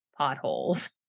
Potholes